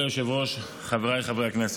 חבריי חברי הכנסת,